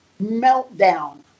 meltdown